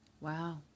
wow